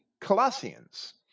Colossians